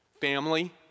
family